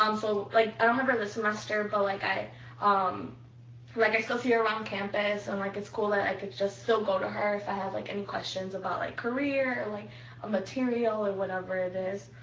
um so like i don't have her this semester. but like i um like i still see her around campus. and like it's cool that i could just still go to her if i have like any questions about my like career or like a material, or whatever it is.